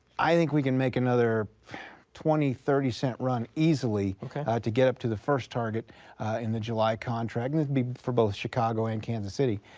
i think we can make another twenty, thirty cent run easily to get up to the first target in the july contract, and for both chicago and kansas city,